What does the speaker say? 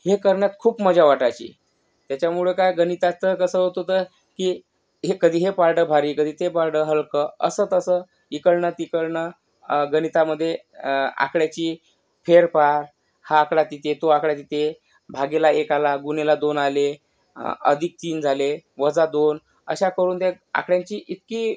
हे करण्यात खूप मजा वाटायची त्याच्यामुळे काय गणितात तर कसं होत होतं की हे कधी हे पारडं भारी कधी ते पारडं हलकं असं तसं इकडनं तिकडनं गणितामध्ये आकड्याची फेरफार हा आकडा तिथे तो आकडा तिथे भागीला एक आला गुणीला दोन आले अधिक तीन झाले वजा दोन अशा करून त्या आकड्यांची इतकी